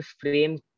frame